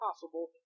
possible